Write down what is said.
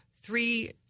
three